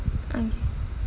okay